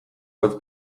bat